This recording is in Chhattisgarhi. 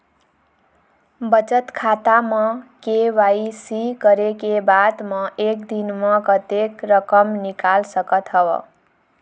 बचत खाता म के.वाई.सी करे के बाद म एक दिन म कतेक रकम निकाल सकत हव?